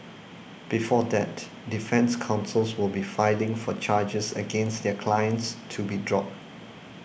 before that defence counsels will be filing for charges against their clients to be dropped